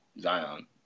Zion